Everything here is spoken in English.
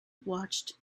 watched